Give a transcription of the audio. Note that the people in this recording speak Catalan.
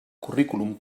currículum